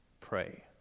Pray